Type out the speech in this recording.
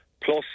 Plus